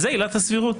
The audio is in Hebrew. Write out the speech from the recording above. זה עילת הסבירות.